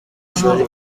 ishuri